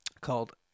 called